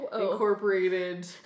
Incorporated